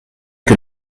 que